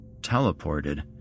Teleported